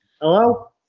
Hello